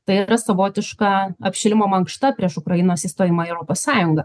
tai yra savotiška apšilimo mankšta prieš ukrainos įstojimą į europos sąjungą